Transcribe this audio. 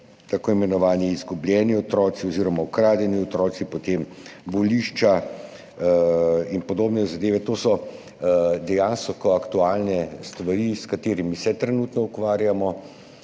tako imenovani izgubljeni otroci oziroma ukradeni otroci, potem volišča in podobne zadeve. To so dejansko aktualne stvari, s katerimi se trenutno ukvarjamo.